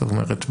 את אומרת בגס.